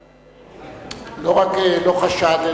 לא רק לא חשד,